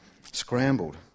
scrambled